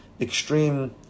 extreme